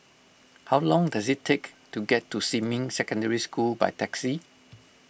how long does it take to get to Xinmin Secondary School by taxi